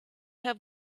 have